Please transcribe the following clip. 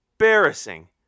embarrassing